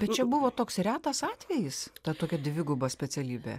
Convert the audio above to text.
bet čia buvo toks retas atvejis ta tokia dviguba specialybė